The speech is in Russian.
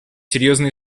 серьезные